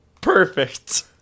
Perfect